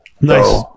nice